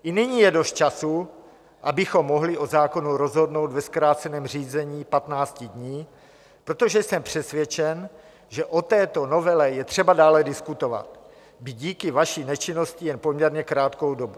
I nyní je dost času, abychom mohli o zákonu rozhodnout ve zkráceném řízení patnácti dní, protože jsem přesvědčen, že o této novele je třeba dále diskutovat, byť díky vaší nečinnosti jen poměrně krátkou dobu.